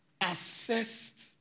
assessed